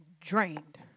drained